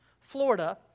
Florida